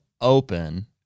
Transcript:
open